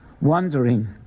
wondering